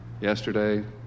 Yesterday